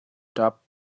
ṭap